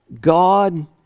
God